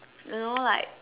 you know like